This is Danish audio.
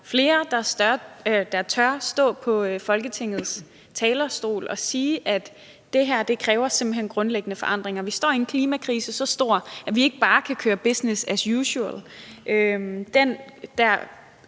flere, der tør stå på Folketingets talerstol og sige, at det her simpelt hen kræver grundlæggende forandringer. Vi står i en klimakrise så stor, at vi ikke bare kan køre business as usual. Den der